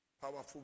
Powerful